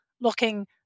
looking